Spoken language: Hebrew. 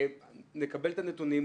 נקבל את הנתונים,